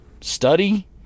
study